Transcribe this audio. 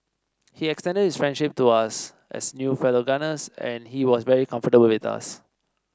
he extended his friendship to us as new fellow gunners and he was very comfortable with us